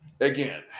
Again